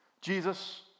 Jesus